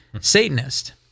Satanist